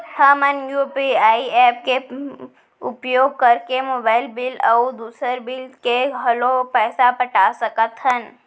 हमन UPI app के उपयोग करके मोबाइल बिल अऊ दुसर बिल के घलो पैसा पटा सकत हन